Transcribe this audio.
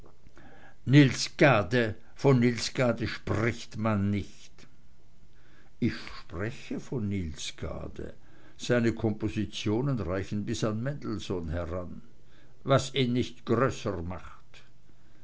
niels gade von niels gade spricht man nicht ich spreche von niels gade seine kompositionen reichen bis an mendelssohn heran was ihn nicht größer macht